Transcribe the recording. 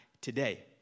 today